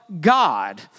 God